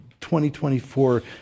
2024